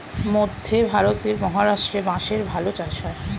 মধ্যে ভারতের মহারাষ্ট্রে বাঁশের ভালো চাষ হয়